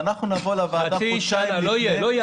ואנחנו נבוא לוועדה חודשיים לפני.